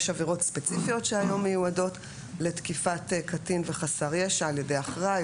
יש עבירות ספציפיות שהיום מיועדות לתקיפת קטין וחסר ישע על ידי אחראי,